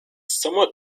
somewhat